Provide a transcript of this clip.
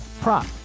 prop